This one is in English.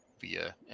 via